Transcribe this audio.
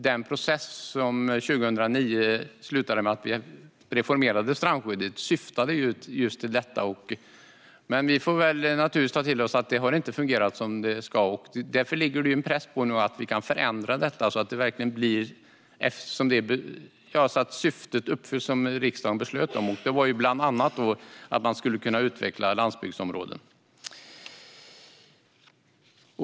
Den process som slutade med att vi reformerade strandskyddet 2009 syftade till just detta, men vi får ta till oss att det inte har fungerat som det ska. Därför finns en press på att vi ska förändra detta så att det syfte som riksdagen beslutat om kan uppfyllas, bland annat att utveckla landsbygdsområden.